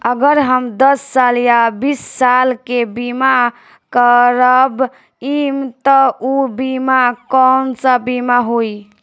अगर हम दस साल या बिस साल के बिमा करबइम त ऊ बिमा कौन सा बिमा होई?